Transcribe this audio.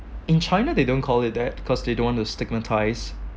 in China they don't call it that because they don't want to stigmatise